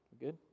good